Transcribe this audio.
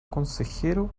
consejero